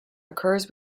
occurs